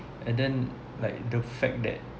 and then like the fact that